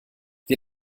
wir